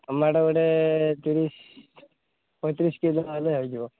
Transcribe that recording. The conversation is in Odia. ଟମାଟୋ ଗୋଟେ ତିରିଶ ପଇଁତିରିଶ କିଲୋ ହେଲେ ହେଇଯିବ